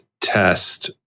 Test